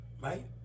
right